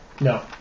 No